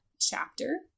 chapter